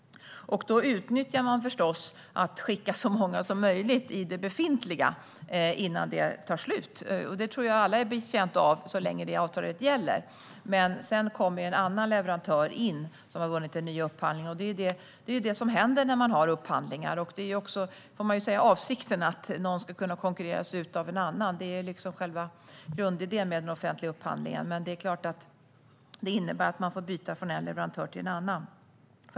Då passar man förstås på att skicka så många som möjligt i det befintliga systemet innan avtalet löper ut. Jag tror att alla är betjänta av det så länge det avtalet gäller, men sedan kommer en annan leverantör in som har vunnit den nya upphandlingen. Det är det som händer när man har upphandlingar, och det är också, får man säga, avsikten, alltså att någon ska kunna konkurreras ut av någon annan. Det är själva grundidén med den offentliga upphandlingen, men det är klart att det innebär att man får byta från en leverantör till en annan.